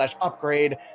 upgrade